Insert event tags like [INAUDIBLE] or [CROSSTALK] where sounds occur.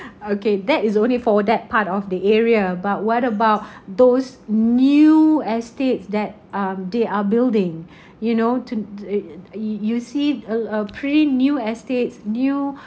okay that is only for that part of the area but what about [BREATH] those new estates that um they are building [BREATH] you know to you see a a pretty new estates new